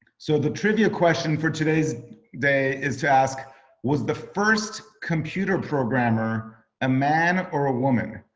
so the trivia question for today's day is to ask was the first computer programmer a man or a woman?